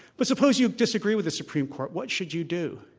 but suppose you disagree with the supreme court, what should you do?